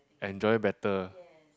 enjoy better